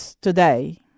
today